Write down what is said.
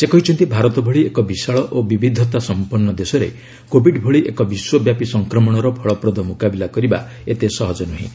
ସେ କହିଛନ୍ତି ଭାରତ ଭଳି ଏକ ବିଶାଳ ଓ ବିବିଧତା ସମ୍ପନ୍ନ ଦେଶରେ କୋଭିଡ୍ ଭଳି ଏକ ବିଶ୍ୱବ୍ୟାପୀ ସଂକ୍ରମଣର ଫଳପ୍ରଦ ମୁକାବିଲା କରିବା ଏତେ ସହଜ ନୁହେଁ